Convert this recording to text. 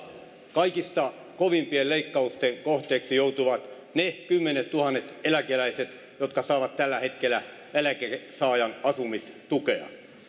kaikista kovimpien leikkausten kohteeksi joutuvat ne kymmenettuhannet eläkeläiset jotka saavat tällä hetkellä eläkkeensaajan asumistukea